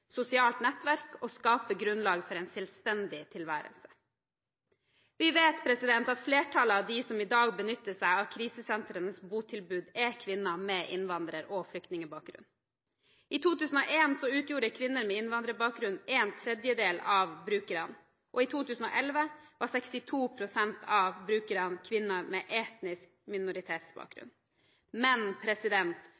sosialt nettverk og skape grunnlag for en selvstendig tilværelse. Vi vet at flertallet av dem som i dag benytter seg av krisesentrenes botilbud, er kvinner med innvandrer- og flyktningbakgrunn. I 2001 utgjorde kvinner med innvandrerbakgrunn en tredjedel av brukerne, og i 2011 var 62 pst. av brukerne kvinner med etnisk